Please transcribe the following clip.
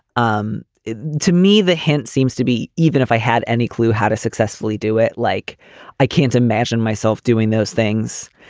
um to me, the hint seems to be, even if i had any clue how to successfully do it, like i can't imagine myself doing those things.